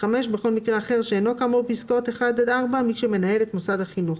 בכל מקרה אחר שאינו כאמור בפסקאות (1) עד (4) מי שמנהל את מוסד החינוך,